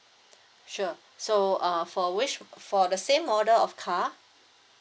sure so uh for which for the same model of car